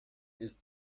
ist